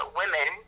women